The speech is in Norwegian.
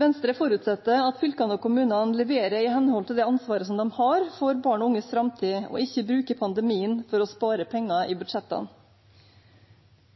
Venstre forutsetter at fylkene og kommunene leverer i henhold til det ansvaret de har for barn og unges framtid, og ikke bruker pandemien for å spare penger i budsjettene.